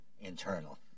internal